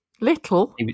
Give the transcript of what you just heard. Little